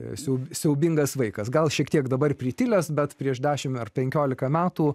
esu siaubingas vaikas gal šiek tiek dabar pritilęs bet prieš dešimt ar penkiolika metų